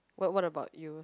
what what about you